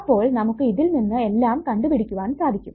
അപ്പോൾ നമുക്ക് ഇതിൽ നിന്ന് എല്ലാം കണ്ടുപിടിക്കുവാൻ സാധിക്കും